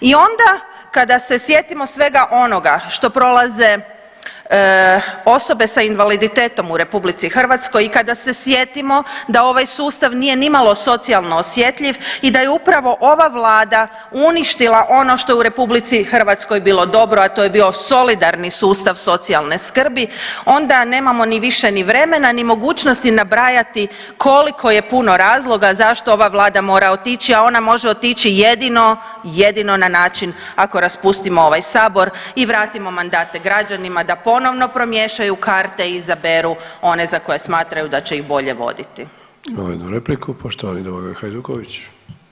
I onda kada se sjetimo svega onoga što prolaze osobe sa invaliditetom u RH i kada se sjetimo da ovaj sustav nije nimalo socijalno osjetljiv i da je upravo ova vlada uništila ono što je u RH bilo dobro, a to je bio solidarni sustav socijalne skrbi onda nemamo ni više ni vremena ni mogućnosti nabrajati koliko je puno razloga zašto ova vlada mora otići, a ona može otići jedino, jedino na način ako raspustimo ovaj sabor i vratimo mandate građanima da ponovno promiješaju karte i izaberu one za koje smatraju da će ih bolje voditi.